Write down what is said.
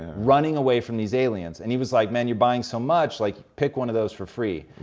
running away from these aliens. and he was like, man, you're buying so much, like pick one of those for free.